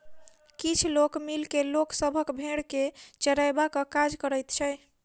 किछ लोक मिल के लोक सभक भेंड़ के चरयबाक काज करैत छै